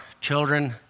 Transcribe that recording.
children